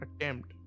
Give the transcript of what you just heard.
attempt